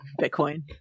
Bitcoin